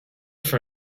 for